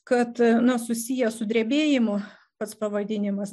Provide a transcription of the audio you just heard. kad na susiję su drebėjimu pats pavadinimas